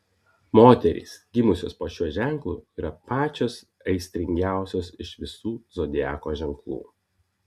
moterys gimusios po šiuo ženklu yra pačios aistringiausios iš visų zodiako ženklų